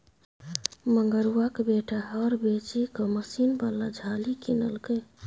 मंगरुआक बेटा हर बेचिकए मशीन बला झालि किनलकै